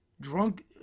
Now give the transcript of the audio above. drunk